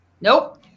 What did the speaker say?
Nope